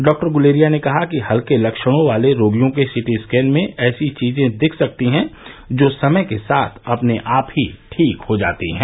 doctor Guleria ने कहा कि हल्के लक्षणों वाले रोगियों के सीटी स्कैन में ऐसी चीजें दिख सकती हैं जो समय के साथ अपने आप ही ठीक हो जाती हैं